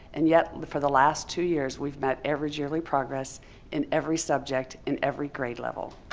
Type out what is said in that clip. and yet for the last two years we've met average yearly progress in every subject, in every grade level.